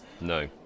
No